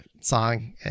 song